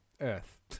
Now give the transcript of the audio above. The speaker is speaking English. Earth